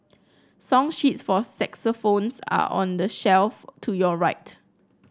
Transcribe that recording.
song sheets for saxophones are on the shelf to your right